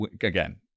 again